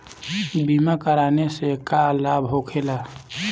बीमा कराने से का लाभ होखेला?